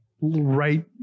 right